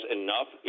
enough